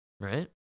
right